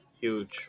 huge